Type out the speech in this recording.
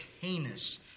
heinous